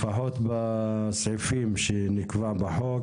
לפחות בסעיפים שנקבעו בחוק.